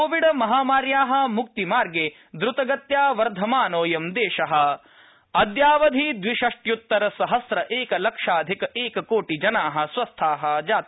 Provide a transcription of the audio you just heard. कोविडमहामार्या म्क्तिमार्गे द्र्तगत्या वर्धमानोऽयं दृष्ण अद्यावधि द्विषष्ट्युत्तर सहस्र एकलक्षाधिक एककोटिजना स्वस्था जाता